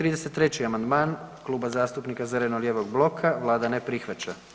33. amandman Kluba zastupnika zeleno-lijevog bloka Vlada ne prihvaća.